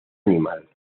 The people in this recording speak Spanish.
animal